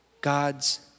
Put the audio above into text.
God's